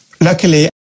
Luckily